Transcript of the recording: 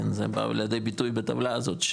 זה בא לידי ביטוי בטבלה הזאת,